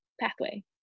pathway